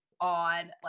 on